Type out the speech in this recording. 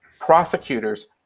prosecutors